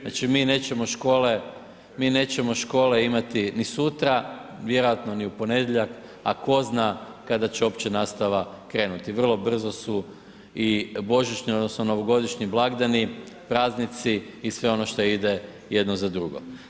Znači mi nećemo škole imati ni sutra, vjerojatno ni u ponedjeljak a ko zna kada će uopće nastava krenuti, vrlo brzo su i božićni odnosno novogodišnji blagdani, praznici i sve ono šta ide jedno za drugo.